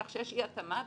כך שיש אי התאמה,